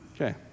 Okay